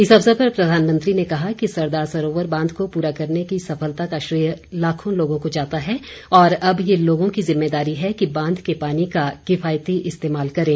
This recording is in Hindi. इस अवसर पर प्रधानमंत्री ने कहा कि सरदार सरोवर बांध को पूरा करने की सफलता का श्रेय लाखों लोगों को जाता है और अब यह लोगों की जिम्मेदारी है कि बांध के पानी का किफायती इस्तेमाल करें